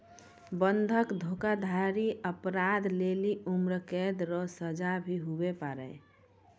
बंधक धोखाधड़ी अपराध लेली उम्रकैद रो सजा भी हुवै पारै